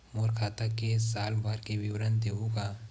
मोर खाता के साल भर के विवरण देहू का?